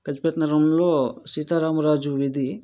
గజబిద్ నగరంలో సీతారామరాజు వీధి